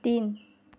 तीन